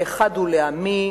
האחד הוא לעמי,